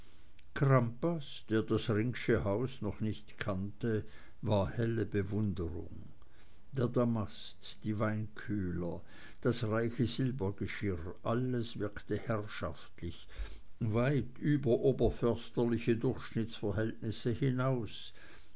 der das ringsche haus noch nicht kannte war helle bewunderung der damast die weinkühler das reiche silbergeschirr alles wirkte herrschaftlich weit über oberförsterliche durchschnittsverhältnisse hinaus